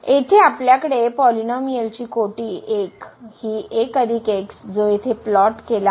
येथे आपल्याकडे पॉलिनोमिअलची कोटी 1 हे 1 x जो येथे प्लॉट केला आहे